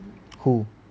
who